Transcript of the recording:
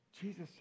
Jesus